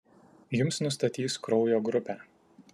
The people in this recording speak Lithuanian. jums nustatys kraujo grupę